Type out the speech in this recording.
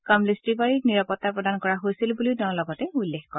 কমলেশ তিৱাৰীক নিৰাপত্তা প্ৰদান কৰা হৈছিল বুলিও তেওঁ লগতে উল্লেখ কৰে